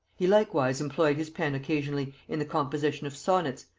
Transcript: he likewise employed his pen occasionally in the composition of sonnets,